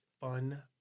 fun